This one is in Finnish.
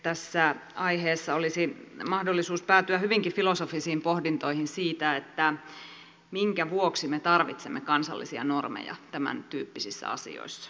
tässä aiheessa olisi mahdollisuus päätyä hyvinkin filosofisiin pohdintoihin siitä minkä vuoksi me tarvitsemme kansallisia normeja tämäntyyppisissä asioissa